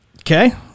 okay